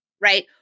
right